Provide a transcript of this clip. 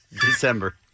December